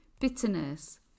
bitterness